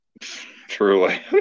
Truly